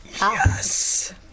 Yes